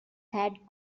had